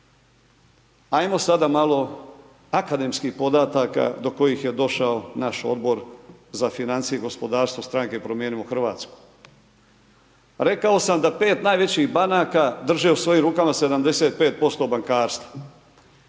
Ajmo sada malo akademskih podataka do kojih je došao naš Odbor za financije i gospodarstvo stranke Promijenimo Hrvatsku. Rekao sam da 5 najvećih banaka drže u svojim rukama 75% bankarstva.